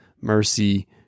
mercy